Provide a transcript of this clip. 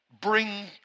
bring